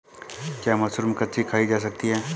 क्या मशरूम कच्ची खाई जा सकती है?